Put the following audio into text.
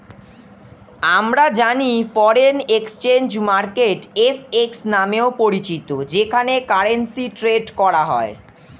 আমরা জানি foreign exchange market FX নামেও পরিচিত যেখানে কারেন্সি ট্রেড করা হয়